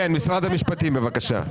כן, משרד המשפטים, בבקשה.